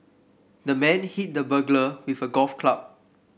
the man hit the burglar with a golf club